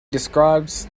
describes